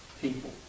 people